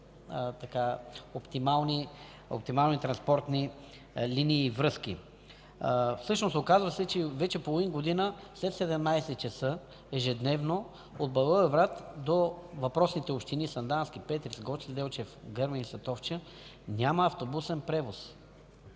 оптимални транспортни линии и връзки. Всъщност оказва се, че вече половин година след 17,00 ч. ежедневно от Благоевград до въпросите общини – Сандански, Петрич, Гоце Делчев, Гърмен и Сатовча няма автобусен превоз